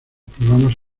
programas